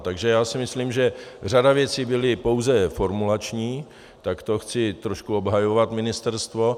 Takže si myslím, že řada věcí byla pouze formulační, to chci trošku obhajovat ministerstvo.